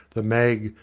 the mag,